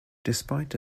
despite